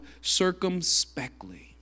circumspectly